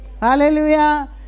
Hallelujah